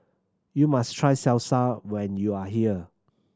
you must try Salsa when you are here